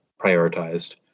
prioritized